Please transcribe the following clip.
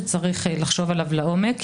אבל זה נושא שצריך לחשוב עליו לעומק.